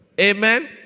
Amen